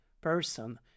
person